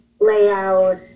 layout